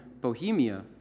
Bohemia